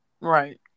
right